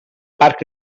parc